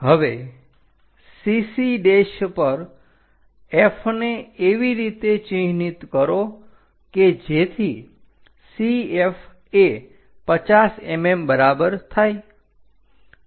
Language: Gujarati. હવે CC પર F ને એવી રીતે ચિહ્નિત કરો કે જેથી CF એ 50 mm બરાબર થાય